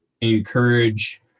encourage